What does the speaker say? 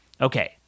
Okay